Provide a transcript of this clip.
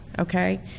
okay